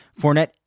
fournette